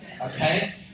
Okay